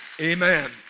Amen